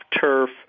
turf